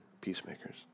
peacemakers